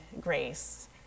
grace